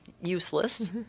useless